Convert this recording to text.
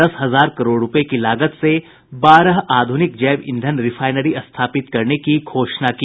दस हजार करोड़ रुपये की लागत से बारह आधुनिक जैव ईंधन रिफाइनरी स्थापित करने की घोषणा की